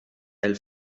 elle